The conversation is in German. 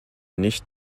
nicht